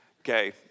Okay